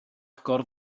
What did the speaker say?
agor